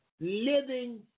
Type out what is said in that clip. living